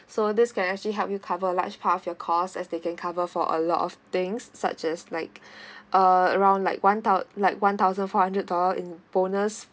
so this can actually help you cover a large part of your cost as they can cover for a lot of things such as like uh around like one thou~ like one thousand four hundred dollar in bonus